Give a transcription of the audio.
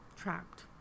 trapped